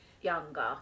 younger